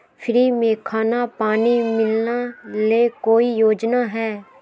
Free में खाना पानी मिलना ले कोइ योजना हय?